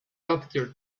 obscure